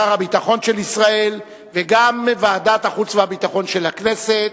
שר הביטחון של ישראל וגם ועדת החוץ והביטחון של הכנסת,